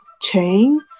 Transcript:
chain